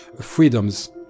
freedoms